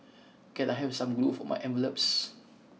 can I have some glue for my envelopes